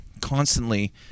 constantly